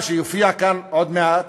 שיופיע כאן עוד מעט